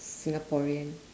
singaporean